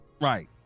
right